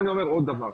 אני אומר עוד דבר,